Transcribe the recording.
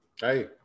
hey